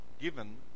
given